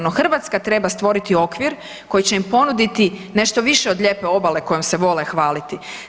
No Hrvatska treba stvoriti okvir koji će im ponuditi nešto više od lijepe obale kojom se vole hvaliti.